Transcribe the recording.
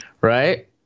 Right